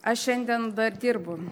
aš šiandien dar dirbu